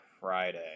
Friday